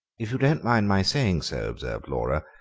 if you don't mind my saying so, observed laura,